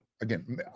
Again